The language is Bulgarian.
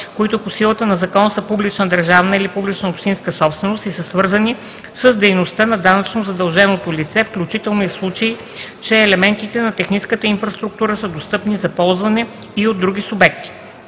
които по силата на закон са публична държавна или публична общинска собственост и са свързани с дейността на данъчно задълженото лице, включително и в случай, че елементите на техническата инфраструктура са достъпни за ползване и от други субекти.